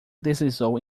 deslizou